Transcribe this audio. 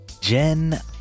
jen